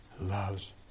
loves